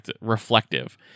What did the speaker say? Reflective